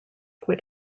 quit